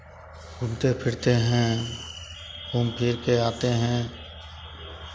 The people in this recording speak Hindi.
घूमते फिरते हैं घूम फिर के आते हैं